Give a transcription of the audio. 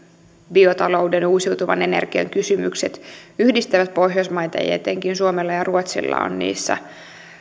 biotalouden ja uusiutuvan energian kysymykset yhdistävät pohjoismaita ja ja etenkin suomella ja ruotsilla on niissä